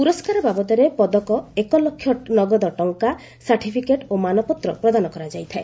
ପୁରସ୍କାର ବାବଦରେ ପଦକ ଏକଲକ୍ଷ ନଗଦ ଟଙ୍କା ସାର୍ଟିଫିକେଟ ଓ ମାନପତ୍ର ପ୍ରଦାନ କରାଯାଇଥାଏ